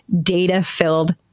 data-filled